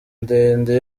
ndende